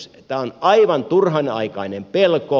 tämä on aivan turhanaikainen pelko